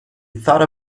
thought